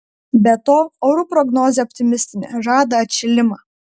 be to orų prognozė optimistinė žada atšilimą